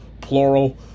plural